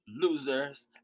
losers